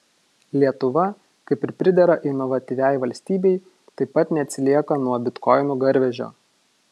lietuva kaip ir pridera inovatyviai valstybei taip pat neatsilieka nuo bitkoinų garvežio